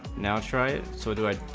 now trying so to ah